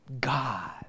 God